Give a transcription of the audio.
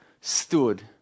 stood